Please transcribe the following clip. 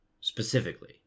specifically